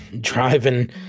driving